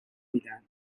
میدن